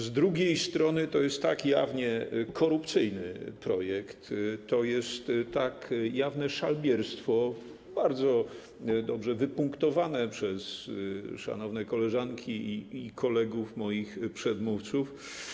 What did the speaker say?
Z drugiej strony to jest tak jawnie korupcyjny projekt, to jest tak jawne szalbierstwo, bardzo dobrze wypunktowane przez szanowne koleżanki i kolegów, moich przedmówców.